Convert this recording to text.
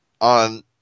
on